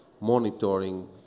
monitoring